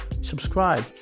subscribe